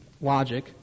logic